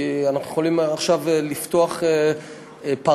כי אנחנו יכולים עכשיו לפתוח פרמטרים